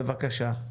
בבקשה.